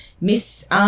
Miss